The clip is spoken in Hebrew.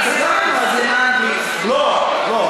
תתרגם את זה לעברית, לא, לא.